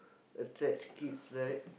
attracts kids right